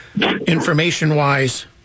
information-wise